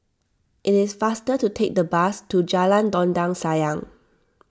it is faster to take the bus to Jalan Dondang Sayang